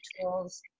tools